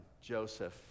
Joseph